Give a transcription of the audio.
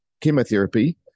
chemotherapy